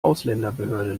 ausländerbehörde